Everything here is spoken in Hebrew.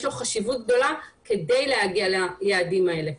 לו חשיבות גדולה - כדי להגיע ליעדים האלה.